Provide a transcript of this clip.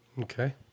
Okay